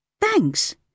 Thanks